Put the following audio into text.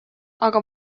aga